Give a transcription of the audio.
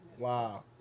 Wow